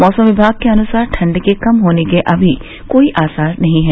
मौसम विभाग के अनुसार ठंड के कम होने के अभी कोई आसार नहीं है